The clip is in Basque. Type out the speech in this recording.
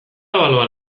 ebalua